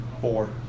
Four